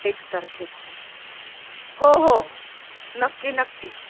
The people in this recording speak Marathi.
एक तारखेला हो हो नक्की नक्की